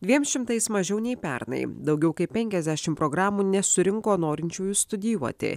dviem šimtais mažiau nei pernai daugiau kaip penkiasdešimt programų nesurinko norinčiųjų studijuoti